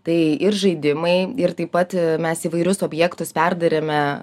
tai ir žaidimai ir taip pat mes įvairius objektus perdarėme